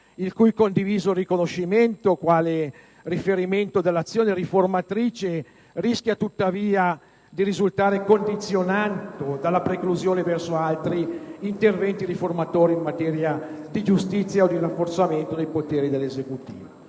il cui condiviso riconoscimento quale riferimento dell'azione riformatrice rischia, tuttavia, di risultare condizionato dalla preclusione verso altri interventi riformatori in materia di giustizia o di rafforzamento dei poteri dell'Esecutivo.